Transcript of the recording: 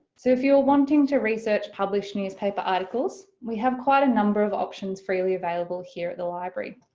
so if you're wanting to research published newspaper articles, we have quite a number of options freely available here at the library.